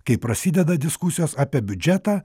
kai prasideda diskusijos apie biudžetą